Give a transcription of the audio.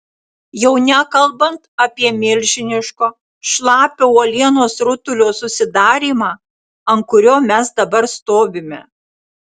jau nekalbant apie milžiniško šlapio uolienos rutulio susidarymą ant kurio mes dabar stovime